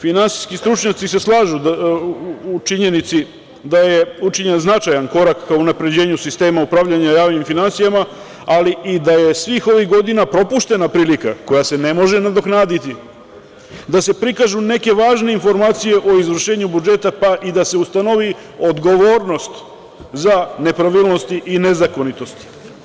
Finansijski stručnjaci se slažu u činjenici da je učinjen značajan korak ka unapređenju sistema upravljanja javnim finansijama, ali i da je svih ovih godina propuštena prilika, koja se ne može nadoknaditi, da se prikažu neke važne informacije o izvršenju budžeta, pa i da se ustanovi odgovornost za nepravilnosti i nezakonitosti.